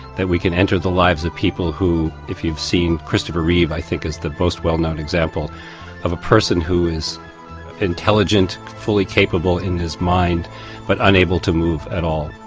that we can enter the lives of people who if you've seen christopher reeve i think is the most well known example of a person who is intelligent, fully capable in his mind but unable to move at all.